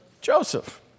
Joseph